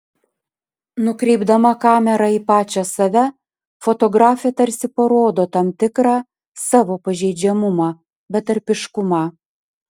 nukreipdama kamerą į pačią save fotografė tarsi parodo tam tikrą savo pažeidžiamumą betarpiškumą